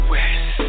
West